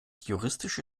juristische